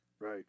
Right